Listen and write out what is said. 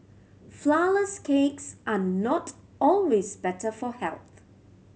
flourless cakes are not always better for health